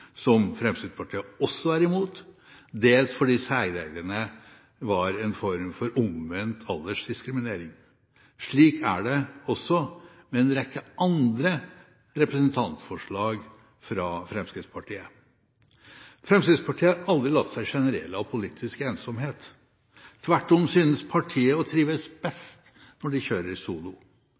som Fremskrittspartiet også er imot, dels fordi særreglene var en form for omvendt aldersdiskriminering. Slik er det også med en rekke andre representantforslag fra Fremskrittspartiet. Fremskrittspartiet har aldri latt seg sjenere av politisk ensomhet. Tvert om synes partiet å trives best når de kjører solo.